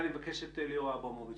יש היום ילדים באומנה